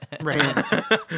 Right